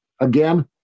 Again